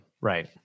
Right